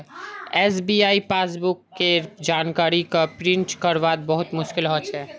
SBI passbook केर जानकारी क प्रिंट करवात बहुत मुस्कील हो छे